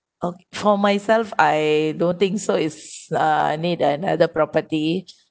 uh for myself I don't think so is uh I need another property